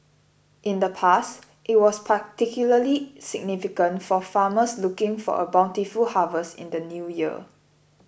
in the past it was particularly significant for farmers looking for a bountiful harvest in the New Year